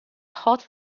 hot